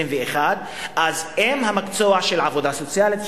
21. אז אם למקצוע עבודה סוציאלית,